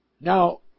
Now